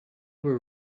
were